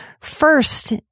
first